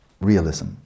realism